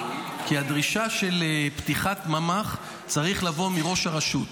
כי הדרישה לפתיחת ממ"ח צריכה לבוא מראש הרשות.